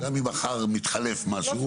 גם אם מחר מתחלף משהו.